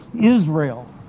Israel